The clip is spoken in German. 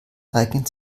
eignen